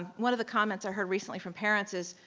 ah one of the comments i heard recently from parents is,